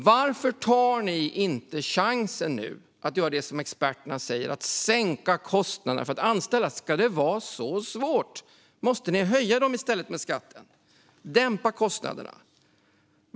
Varför tar ni inte chansen att göra som experterna säger och sänka kostnaderna för att anställa? Ska det vara så svårt? Måste ni höja skatten i stället? Dämpa kostnaderna!